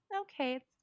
Okay